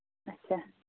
اَچھا